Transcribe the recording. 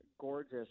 gorgeous